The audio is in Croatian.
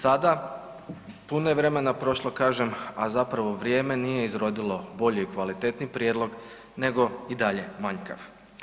Sada puno je vremena prošlo kažem, a zapravo vrijeme nije izrodilo bolji i kvalitetniji prijedlog nego je i dalje manjkav.